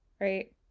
right